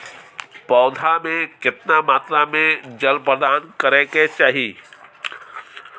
पौधा में केतना मात्रा में जल प्रदान करै के चाही?